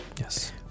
Yes